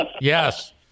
yes